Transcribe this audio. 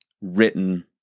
written